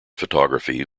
photography